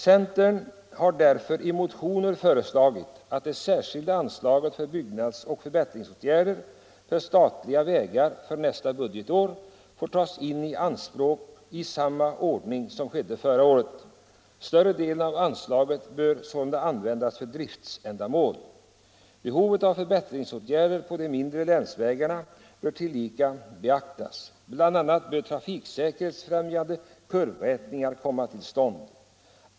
Centern har därför i motioner föreslagit att det särskilda anslaget till byggnadsoch förbättringsåtgärder för statliga vägar nästa budgetår får tas i anspråk i samma ordning som skedde förra året. Större delen av anslaget bör sålunda användas för driftändamål. Behovet av förbättringsåtgärder på de mindre länsvägarna bör tillika särskilt beaktas. BI. a. bör trafiksäkerhetsfrämjande kurvrätningar komma till stånd.